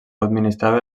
administrava